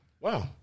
Wow